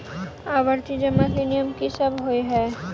आवर्ती जमा केँ नियम की सब होइ है?